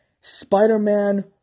Spider-Man